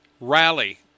rally